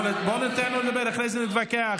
בואו ניתן לו לדבר, ואחרי זה נתווכח.